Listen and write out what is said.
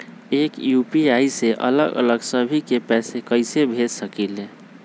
एक यू.पी.आई से अलग अलग सभी के पैसा कईसे भेज सकीले?